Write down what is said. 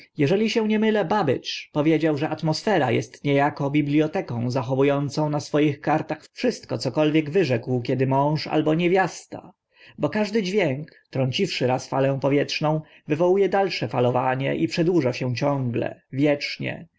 eżeli się nie mylę babbage powiedział że atmosfera est nie ako biblioteką zachowu ącą na swoich kartach wszystko cokolwiek wyrzekł kiedy mąż albo niewiasta bo każdy dźwięk trąciwszy raz falę powietrzną wywołu e dalsze falowanie i przedłuża się ciągle wiecznie